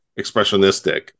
expressionistic